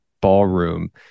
ballroom